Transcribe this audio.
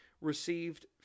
received